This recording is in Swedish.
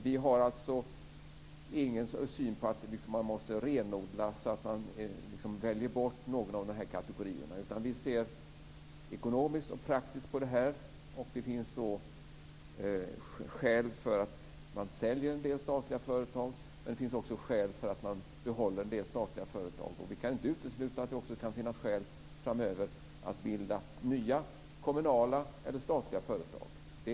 Vi har alltså inte synen att man måste renodla så att några av de här kategorierna liksom väljs bort. I stället ser vi ekonomiskt och praktiskt på detta. Det finns skäl för att sälja en del statliga företag men det finns också skäl för att behålla en del statliga företag. Vi kan inte utesluta att det framöver också kan finnas skäl för att bilda nya kommunala eller statliga företag.